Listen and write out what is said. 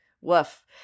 woof